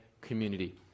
community